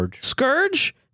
scourge